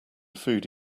food